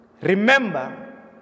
Remember